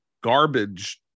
garbage